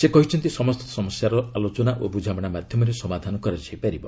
ସେ କହିଛନ୍ତି ସମସ୍ତ ସମସ୍ୟାର ଆଲୋଚନା ଓ ବୁଝାମଣା ମାଧ୍ୟମରେ ସମାଧାନ କରାଯାଇ ପାରିବ